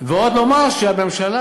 ועוד לומר שהממשלה,